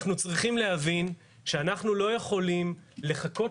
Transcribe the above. אנחנו צריכים להבין שאנחנו לא יכולים לחכות